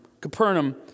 Capernaum